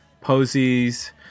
Posies